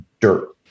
dirt